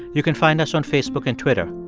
you can find us on facebook and twitter.